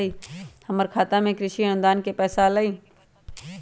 हमर खाता में कृषि अनुदान के पैसा अलई?